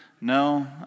No